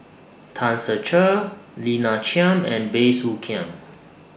Tan Ser Cher Lina Chiam and Bey Soo Khiang